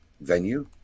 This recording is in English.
venue